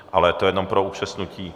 Ale to jenom pro upřesnění.